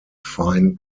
fine